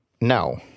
No